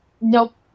Nope